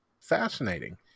fascinating